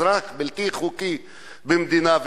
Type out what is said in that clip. אזרח בלתי חוקי במדינה,